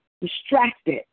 distracted